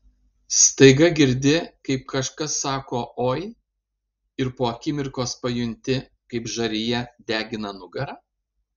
staiga girdi kaip kažkas sako oi ir po akimirkos pajunti kaip žarija degina nugarą